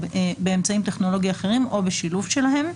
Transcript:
באמצעים טכנולוגיים אחרים או בשילוב שלהם,